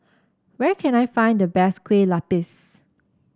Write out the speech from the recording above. where can I find the best Kueh Lapis